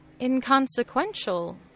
Inconsequential